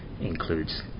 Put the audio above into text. includes